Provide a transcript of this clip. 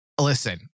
Listen